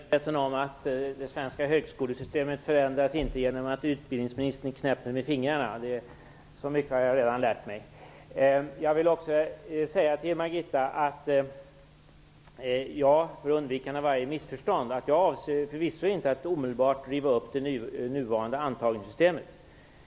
Herr talman! Jag är mycket medveten om att det svenska högskolesystemet inte förändras genom att utbildningsministern knäpper med fingrarna. Så mycket har jag redan lärt mig. För att undvika alla missförstånd vill jag också säga till Margitta Edgren att jag förvisso inte avser att omedelbart riva upp det nuvarande antagningssystemet.